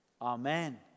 Amen